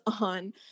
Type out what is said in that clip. on